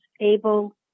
able